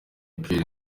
pierre